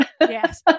yes